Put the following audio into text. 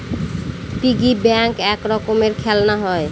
piggy bank এক রকমের খেলনা হয়